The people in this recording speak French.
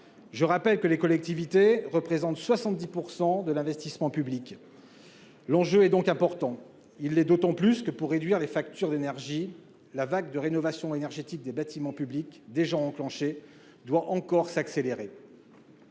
Je rappelle que les collectivités représentent 70 % de l'investissement public. L'enjeu est donc important. Il l'est d'autant plus que, pour réduire les factures d'énergie, l'opération de rénovation énergétique des bâtiments publics, déjà entamée, doit encore être accélérée,